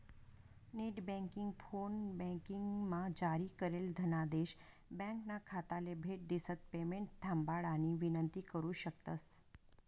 net banking, फोनबँकिंगमा जारी करेल धनादेश ब्यांकना खाताले भेट दिसन पेमेंट थांबाडानी विनंती करु शकतंस